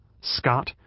Scott